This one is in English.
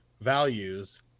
values